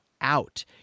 out